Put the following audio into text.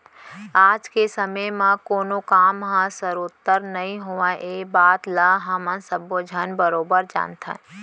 आज के समे म कोनों काम ह सरोत्तर नइ होवय ए बात ल हमन सब्बो झन बरोबर जानथन